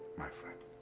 my friend,